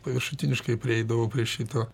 paviršutiniškai prieidavau prie šito